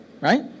right